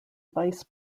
vice